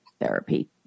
therapy